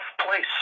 place